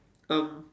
um